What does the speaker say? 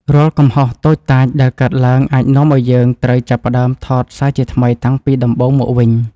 រាល់កំហុសតូចតាចដែលកើតឡើងអាចនាំឱ្យយើងត្រូវចាប់ផ្តើមថតសារជាថ្មីតាំងពីដំបូងមកវិញ។